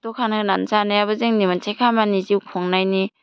द'खान होनान जानायाबो जोंनि मोनसे खामानि जिउ खुंनायनि